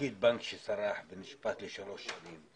פקיד בנק שסרח ונשפט לשלוש שנים,